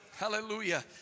Hallelujah